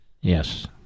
Yes